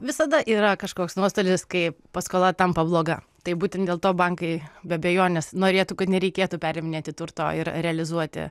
visada yra kažkoks nuostolis kai paskola tampa bloga tai būtent dėl to bankai be abejonės norėtų kad nereikėtų periminėti turto ir realizuoti